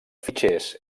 fitxers